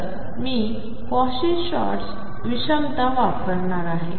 तर मी Cauchy Schwarz विषमता वापरणार आहे